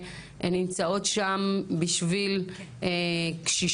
והן נמצאות שם בשביל קשישים,